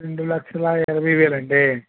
రెండు లక్షల ఇరవై వేలండి